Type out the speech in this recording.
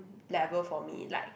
level for me like